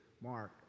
mark